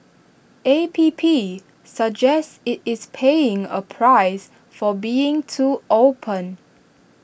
A P P suggests IT is paying A price for being too open